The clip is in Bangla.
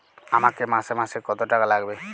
আমাকে মাসে মাসে কত টাকা লাগবে?